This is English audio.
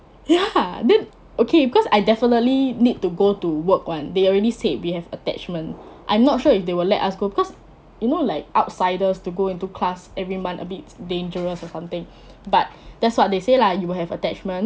ya then okay because I definitely need to go to work [one] they already said we have attachment I'm not sure if they will let us go cause you know like outsiders to go into class every month a bit dangerous or something but that's what they say lah you will have attachment